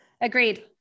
Agreed